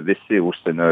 visi užsienio